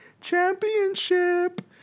Championship